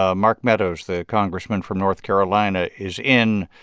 ah mark meadows, the congressman from north carolina, is in.